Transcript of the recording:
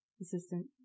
assistant